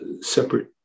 separate